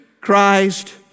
Christ